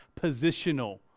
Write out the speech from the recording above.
positional